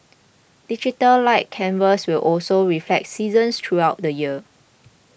Digital Light Canvas will also reflect seasons throughout the year